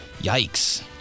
yikes